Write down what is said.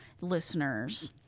listeners